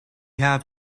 have